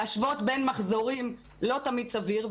להשוות בין מחזורים לא תמיד סביר.